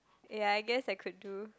ya I guess I could do